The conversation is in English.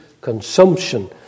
consumption